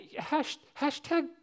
hashtag